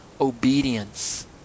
obedience